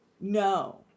no